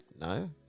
no